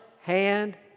hand